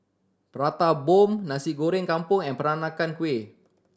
Prata Bomb Nasi Goreng Kampung and Peranakan Kueh